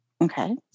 Okay